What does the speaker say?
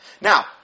Now